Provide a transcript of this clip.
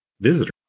visitor